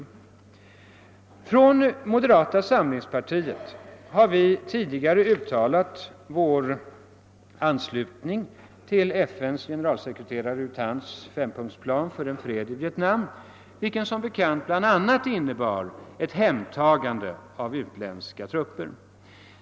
Från moderata samlingspartiet har vi tidigare uttalat vår anslutning till FN:s generalsekreterare U Thants 5-punktsplan för en fred i Vietnam, vilken som bekant bl.a. innebar ett hemtagande av utländska trupper.